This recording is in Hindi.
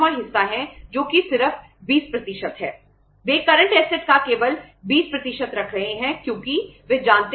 टिस्को में हाल ही में यह घटकर 34 रह गई है